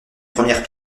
premières